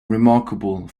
remarkable